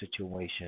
situation